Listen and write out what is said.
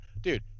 dude